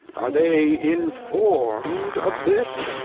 are they inform'd of this!